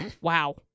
wow